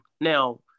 Now